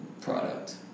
product